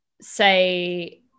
say